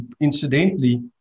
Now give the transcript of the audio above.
incidentally